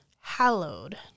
hallowed